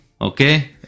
okay